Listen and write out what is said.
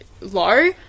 low